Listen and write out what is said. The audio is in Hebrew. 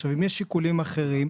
אם יש שיקולים אחרים,